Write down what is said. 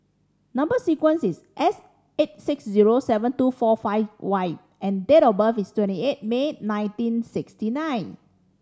number sequence is S eight six zero seven two four five Y and date of birth is twenty eight May nineteen sixty nine